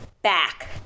back